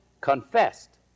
confessed